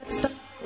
stop